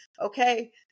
okay